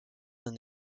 d’un